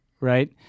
right